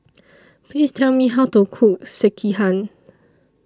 Please Tell Me How to Cook Sekihan